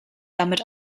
damit